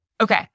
Okay